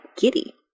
giddy